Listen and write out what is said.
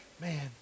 man